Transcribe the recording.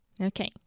Okay